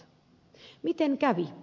miten kävi